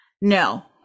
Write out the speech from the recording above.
No